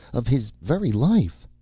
of his very life.